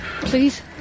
Please